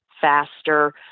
faster